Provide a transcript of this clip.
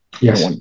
yes